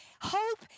Hope